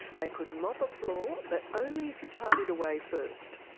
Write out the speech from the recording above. they could mop a floor but only if you tidied away first.